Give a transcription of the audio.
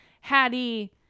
Hattie